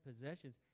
possessions